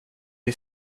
bli